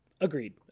Agreed